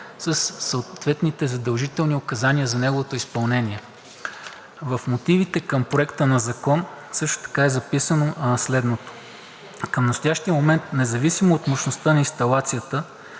със съответните задължителни указания за неговото изпълнение. В мотивите към Проекта на закон също така е записано следното: „Към настоящия момент независимо от мощността на инсталацията